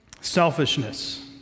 Selfishness